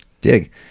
dig